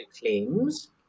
claims